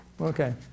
Okay